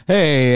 Hey